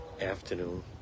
afternoon